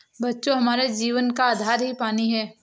बच्चों हमारे जीवन का आधार ही पानी हैं